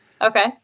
Okay